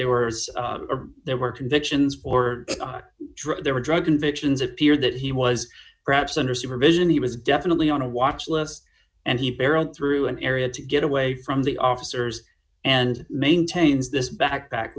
there were there were convictions or there were drug convictions appeared that he was perhaps under supervision he was definitely on a watch list and he barreled through an area to get away from the officers and maintains this backpack